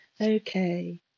Okay